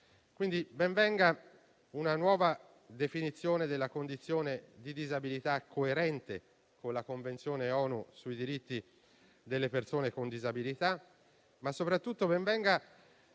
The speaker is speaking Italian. quindi una nuova definizione della condizione di disabilità coerente con la Convenzione ONU sui diritti delle persone con disabilità, ma soprattutto ben venga